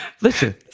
Listen